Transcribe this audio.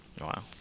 Wow